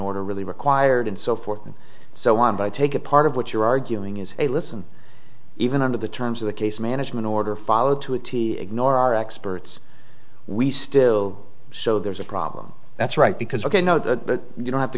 order really required and so forth and so on and i take it part of what you're arguing is a listen even under the terms of the case management order followed to a t ignore our experts we still so there's a problem that's right because i know that you don't have to